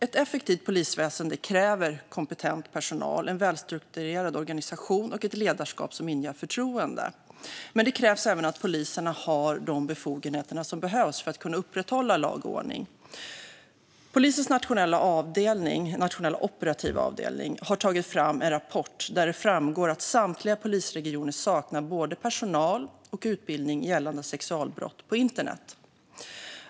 Ett effektivt polisväsen kräver kompetent personal, en välstrukturerad organisation och ett ledarskap som inger förtroende. Men det krävs även att poliserna har de befogenheter som behövs för att upprätthålla lag och ordning. Polisens nationella operativa avdelning har tagit fram en rapport där det framgår att samtliga polisregioner saknar både personal och utbildning gällande sexualbrott på internet.